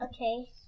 Okay